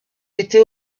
était